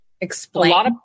explain